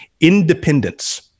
independence